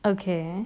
okay